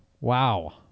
Wow